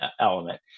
element